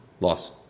Loss